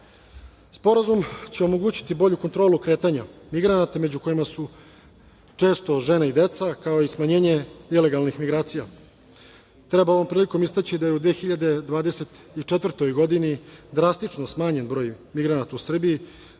će omogućiti bolju kontrolu kretanja migranata, među kojima su često žene i deca, kao i smanjenje ilegalnih migracija. Treba ovom prilikom istaći da je u 2024. godini drastično smanjen broj migranata u Srbiji